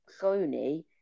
Sony